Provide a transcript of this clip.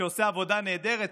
שעושה עבודה נהדרת,